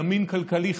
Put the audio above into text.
ימין כלכלי חזק.